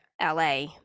LA